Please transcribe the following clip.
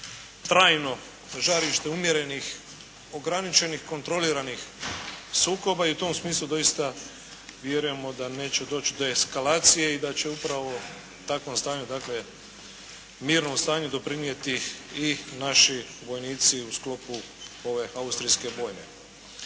trajno žarište umjerenih ograničenih, kontroliranih sukoba. I u tom smislu vjerujemo da neće doći do eskalacije i da će upravo takvom stanju, mirnom stanju doprinijeti i naši vojnici u sklopu ove Austrijske bojne.